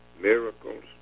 miracles